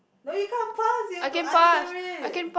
no you can't pass you have to answer it